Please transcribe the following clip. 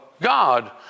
God